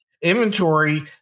Inventory